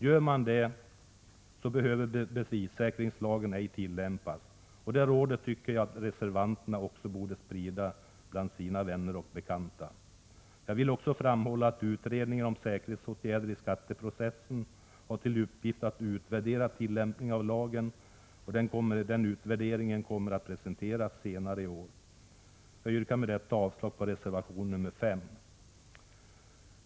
Gör man det, så behöver bevissäkringslagen ej tillämpas. Det rådet tycker jag reservanterna borde sprida vidare bland sina vänner och bekanta. Jag vill också framhålla, att utredningen om säkerhetsåtgärder i skatteprocessen har till uppgift att utvärdera tillämpningen av lagen. Den utvärderingen kommer att presenteras senare i år. Jag yrkar med detta avslag på reservation nr 5.